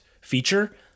feature